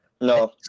No